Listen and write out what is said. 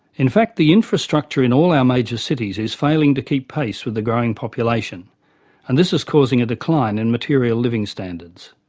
in fact the infrastructure in all our major cities is failing to keep pace with the growing population and this is causing a decline in material living standards.